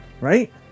Right